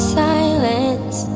silence